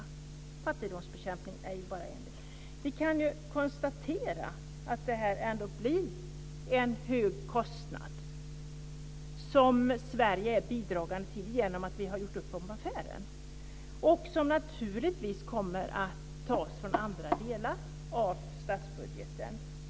Fattigdomsbekämning är ju bara en del. Vi kan konstatera att det här ändå blir en stor kostnad som Sverige är bidragande till genom att vi har gjort upp om affären och som naturligtvis kommer att tas från andra delar av statsbudgeten.